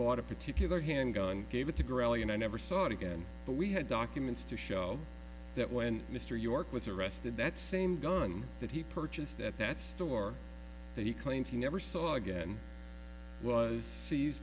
bought a particular handgun gave it to grow you never saw it again but we had documents to show that when mr york was arrested that same gun that he purchased at that store that he claimed he never saw again was se